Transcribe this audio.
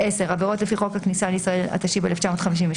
עבירות לפי חוק הכניסה לישראל, התשי"ב-1952.